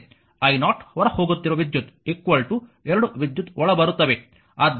i0 ಹೊರಹೋಗುತ್ತಿರುವ ವಿದ್ಯುತ್ ಎರಡು ವಿದ್ಯುತ್ ಒಳಬರುತ್ತವೆ